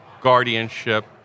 guardianship